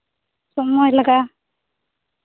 ᱥᱚᱢᱚᱭ ᱞᱟᱜᱟᱜᱼᱟ